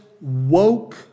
woke